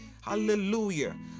Hallelujah